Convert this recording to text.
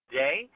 day